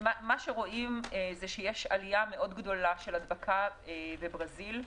רואים שיש עלייה מאוד גדולה של הדבקה בברזיל.